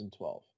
2012